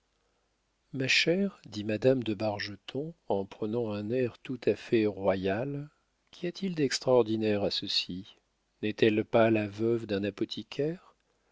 ma chère dit madame bargeton en prenant un air tout à fait royal qu'y a-t-il d'extraordinaire à ceci n'est-elle pas la veuve d'un apothicaire